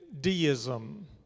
deism